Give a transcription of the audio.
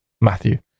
Matthew